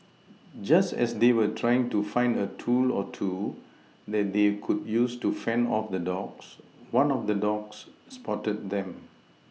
just as they were trying to find a tool or two that they could use to fend off the dogs one of the dogs spotted them